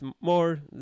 more